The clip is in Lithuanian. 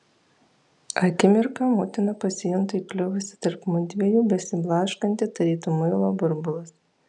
akimirką motina pasijunta įkliuvusi tarp mudviejų besiblaškanti tarytum muilo burbulas